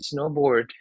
snowboard